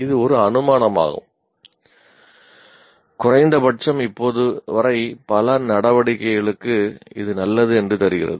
இது ஒரு அனுமானமாகும் குறைந்தபட்சம் இப்போது வரை இது பல நடவடிக்கைகளுக்கு நல்லது என்று தெரிகிறது